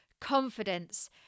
Confidence